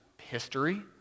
history